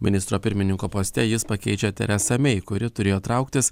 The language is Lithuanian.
ministro pirmininko poste jis pakeičia teresą mei kuri turėjo trauktis